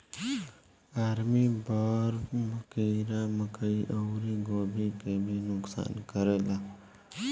army worm कीड़ा मकई अउरी गोभी के भी नुकसान करेला